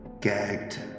gagged